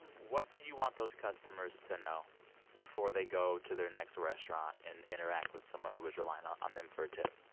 what do you want those customers to know before they go to their next restaurant and interact with someone who is relying on on them for a tip?